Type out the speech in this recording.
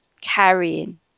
carrying